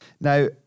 Now